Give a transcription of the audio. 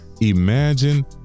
imagine